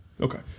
Okay